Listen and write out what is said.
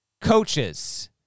coaches